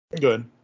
good